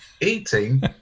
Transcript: eating